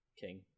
King